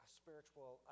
spiritual